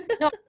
No